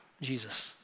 jesus